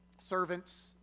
servants